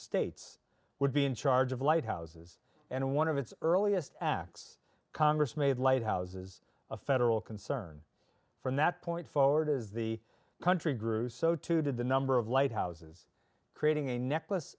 states would be in charge of lighthouses and one of its earliest acts congress made lighthouses a federal concern from that point forward as the country grew so too did the number of lighthouses creating a necklace